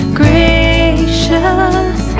gracious